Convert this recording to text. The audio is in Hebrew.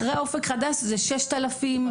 אחרי אופק חדש זה 6,000 שקל